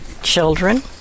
Children